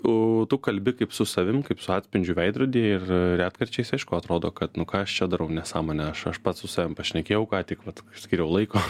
o tu kalbi kaip su savim kaip su atspindžiu veidrodyje ir retkarčiais aišku atrodo kad nu ką aš čia darau nesąmonę aš aš pats su savim pašnekėjau ką tik vat skyriau laiko